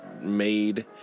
made